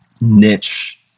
niche